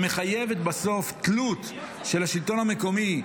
שמחייבת בסוף תלות של השלטון המקומי,